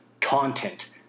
content